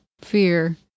fear